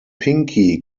pinky